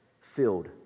filled